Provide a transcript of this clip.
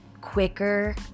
quicker